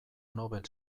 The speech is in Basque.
nobel